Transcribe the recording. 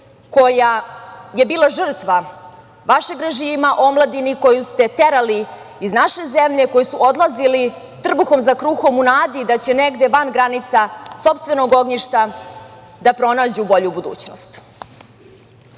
koja je bila žrtva vašeg režima, omladini koju ste terali iz naše zemlje, koji su odlazili trbuhom za kruhom u nadi da će negde van granica sopstvenog ognjišta da pronađu bolju budućnost. Gete